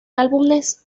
álbumes